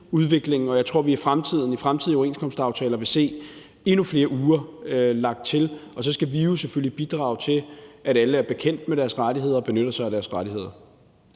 Og jeg tror, at vi i fremtidige overenskomstaftaler vil se endnu flere uger lagt til, og så skal vi jo selvfølgelig bidrage til, at alle er bekendt med deres rettigheder og benytter sig af deres rettigheder.